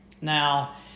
Now